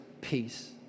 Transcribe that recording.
peace